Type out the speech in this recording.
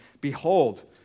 Behold